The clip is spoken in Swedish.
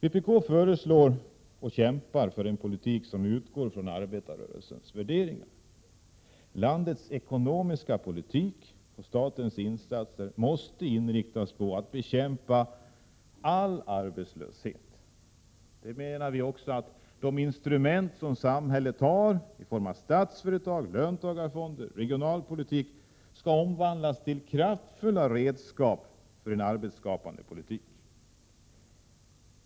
Vpk föreslår och kämpar för en politik som utgår från arbetarrörelsens värderingar. Landets ekonomiska politik och statens insatser måste inriktas på att bekämpa all arbetslöshet. Vi menar också att de instrument som samhället har i form av statsföretag, löntagarfonder och regionalpolitik skall omvandlas till kraftfulla redskap för en arbetsskapande politik.